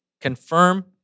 confirm